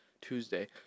Tuesday